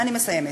אני מסיימת.